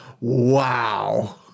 wow